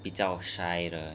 比较 shy 的